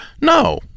no